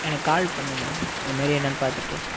எனக்கு கால் பண்ணுங்கள் இது மாரி என்னன்னு பார்த்துட்டு